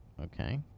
Okay